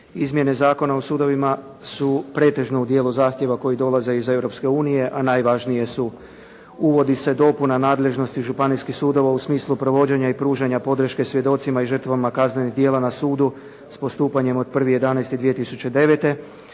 Izmjene Zakona o sudovima su pretežno u djelu zahtjeva koji dolaze i Europske unije, a najvažnije su: Uvodi se dopuna nadležnosti Županijskih sudova u smislu provođenja i pružanja podrške svjedocima i žrtvama kaznenih djela na sudu s postupanjem od 1. 11. 2009.,